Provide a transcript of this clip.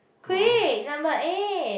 quick number eight